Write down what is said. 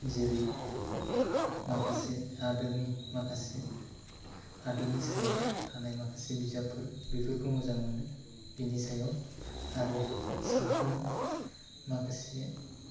जेरै माखासे हादोरनि माखासे हादरनि सायाव थानाय माखासे बिजाबफोर बेफोरखौ मोजां मोनो बिनि सायाव आरो सावथुन माखासे